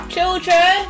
Children